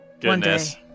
Goodness